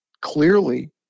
clearly